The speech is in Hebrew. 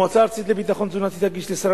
המועצה הארצית לביטחון תזונתי תגיש לשר